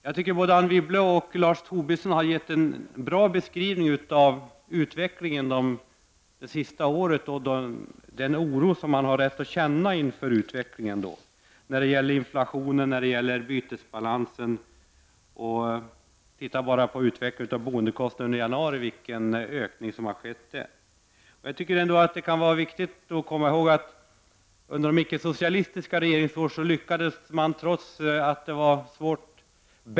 Jag tycker att både Anne Wibble och Lars Tobisson har givit en bra beskrivning av utvecklingen det senaste året och den oro som man har rätt att känna inför utvecklingen när det gäller inflationen och bytesbalansen. Titta bara på vilken ökning som har skett av boendekostnaden under januari! Jag tycker ändå att det kan vara viktigt att komma ihåg att vi under de icke-socialistiska regeringsåren lyckades bättre än omvärlden, trots att det var svårt.